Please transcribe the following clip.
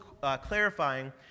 clarifying